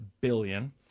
billion